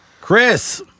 Chris